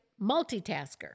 multitasker